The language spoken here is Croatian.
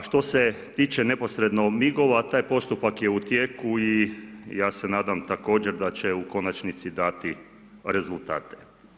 A što se tiče neposredno MIG-ova, taj postupak je u tijeku i ja se nadam također da će u konačnici dati rezultate.